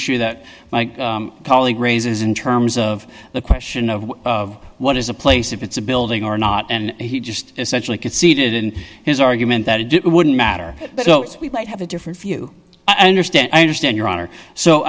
issue that my colleague raises in terms of the question of what is a place if it's a building or not and he just essentially conceded in his argument that it wouldn't matter so we might have a different view i understand i understand your honor so